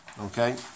Okay